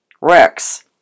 Rex